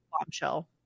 Bombshell